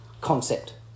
concept